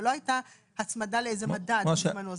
זה לא הייתה הצמדה לאיזה מדד בזמנו.